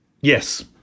Yes